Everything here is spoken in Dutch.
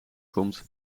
komt